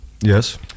Yes